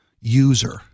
user